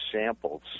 samples